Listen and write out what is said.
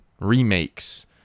remakes